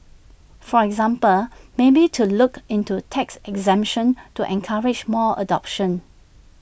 for example maybe to look into tax exemption to encourage more adoption